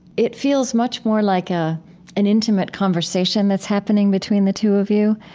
it feels much more like ah an intimate conversation that's happening between the two of you.